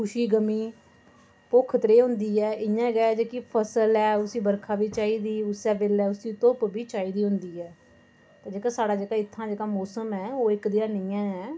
खुशी गमी भुक्ख त्रेह् होंदी ऐ इ'यां गै जेह्की फसल ऐ उसी बरखा बी चाहि्दी उस्सै बेल्लै उसी धुप्प बी चाहि्दी होंदी ऐ ते जेह्का साढ़ा जेह्का इ'त्थां मौसम ऐ ओह् इक्कै देहा नेईं ऐ